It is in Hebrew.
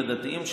לדתיים,